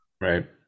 Right